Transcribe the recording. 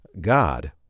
God